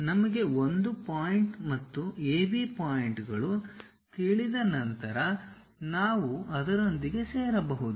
ನಮಗೆ 1 ಪಾಯಿಂಟ್ ಮತ್ತು AB ಪಾಯಿಂಟ್ಗಳು ತಿಳಿದ ನಂತರ ನಾವು ಅದರೊಂದಿಗೆ ಸೇರಬಹುದು